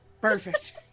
Perfect